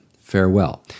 Farewell